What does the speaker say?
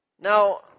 Now